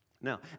Now